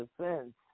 Defense